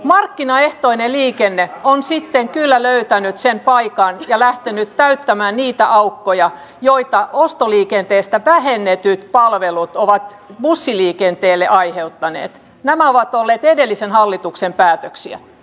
markkinaehtoinen liikenne on sitten kyllä löytänyt sen paikan ja lähtenyt täyttämään niitä aukkoja joita ostoliikenteestä vähennetyt palvelut ovat bussiliikenteelle aiheuttaneet nämä ovat olleet edellisen hallituksen päätöksin